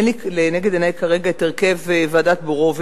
אין לי לנגד עיני כרגע את הרכב ועדת-בורוביץ,